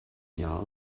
jahr